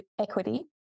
equity